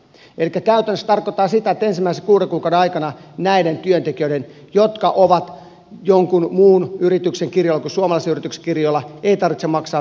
elikkä käytännössä se tarkoittaa sitä että ensimmäisen kuuden kuukauden aikana näiden työntekijöiden jotka ovat jonkun muun kuin suomalaisen yrityksen kirjoilla ei tarvitse maksaa veroja suomeen